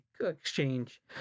exchange